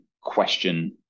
question